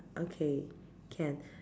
okay can